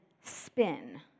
spin